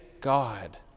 God